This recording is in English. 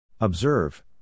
Observe